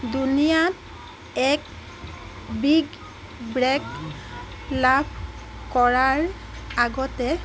দুনিয়াত এক big break লাভ কৰাৰ আগতে